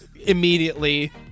immediately